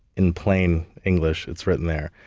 in plain english, it's written there.